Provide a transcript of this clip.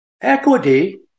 Equity